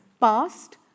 past